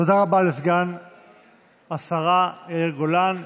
תודה רבה לסגן השרה יאיר גולן.